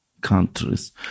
countries